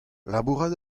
labourat